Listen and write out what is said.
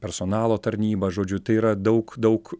personalo tarnyba žodžiu tai yra daug daug